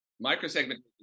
Micro-segmentation